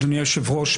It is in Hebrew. אדוני היושב-ראש,